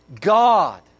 God